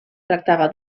tractava